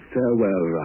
Farewell